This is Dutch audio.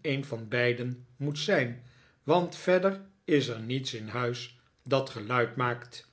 een van beiden moet zijn want verder is er niets in huis dat geluid maakt